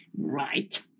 Right